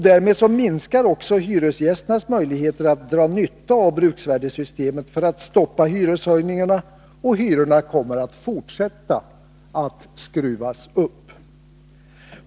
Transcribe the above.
Därmed minskar också hyresgästernas möjligheter att dra nytta av bruksvärdessystemet för att stoppa hyreshöjningarna, och hyrorna kommer att fortsätta att skruvas upp.